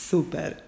Super